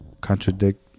Contradict